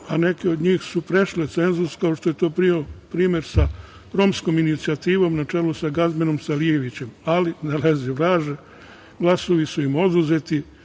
a neke od njih su prešle cenzus, kao što je to primer sa romskom inicijativom na čelu sa Gazmendom Salijevićem, ali ne lezi vraže, glasovi su im oduzeti,